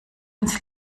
uns